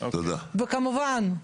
וכמובן,